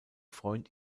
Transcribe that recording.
freund